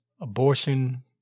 abortion